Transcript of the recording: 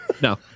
No